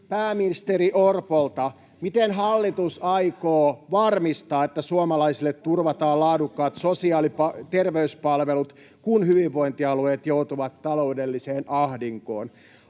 pääministeri Orpolta: Miten hallitus aikoo varmistaa, että suomalaisille turvataan laadukkaat sosiaali- ja terveyspalvelut, kun hyvinvointialueet joutuvat taloudelliseen ahdinkoon?